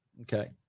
Okay